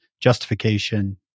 justification